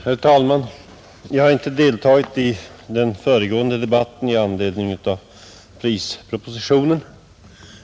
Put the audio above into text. Herr talman! Jag har inte deltagit i den föregående debatten i anledning av prispropositionen.